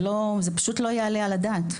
זה פשוט לא יעלה על הדעת.